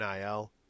NIL